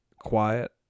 quiet